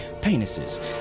penises